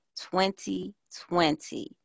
2020